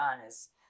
honest